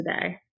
today